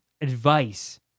advice